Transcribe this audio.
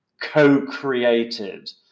co-created